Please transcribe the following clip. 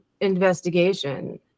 investigation